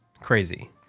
crazy